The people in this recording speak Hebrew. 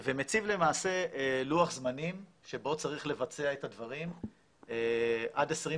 ומציב למעשה לוח זמנים שבו צריך לבצע את הדברים עד 2030